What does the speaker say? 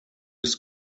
ist